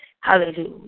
Hallelujah